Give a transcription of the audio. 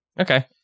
Okay